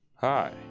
hi